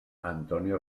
antonio